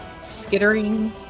skittering